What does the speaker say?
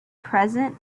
present